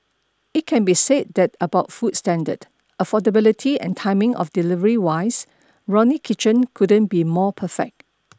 it can be said that about food standard affordability and timing of delivery wise Ronnie Kitchen couldn't be more perfect